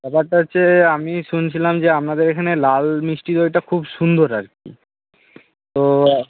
ব্যাপারটা হচ্ছে আমি শুনছিলাম যে আপনাদের এখানে লাল মিষ্টি দইটা খুব সুন্দর আর কি তো